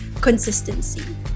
consistency